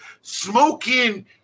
smoking